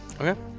Okay